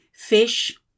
Fish